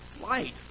Light